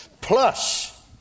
Plus